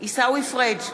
עיסאווי פריג'